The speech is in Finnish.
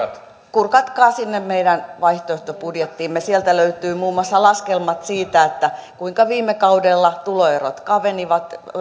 kurkatkaa sinne meidän vaihtoehtobudjettiimme sieltä löytyy muun muassa laskelmat siitä kuinka viime kaudella tuloerot kavenivat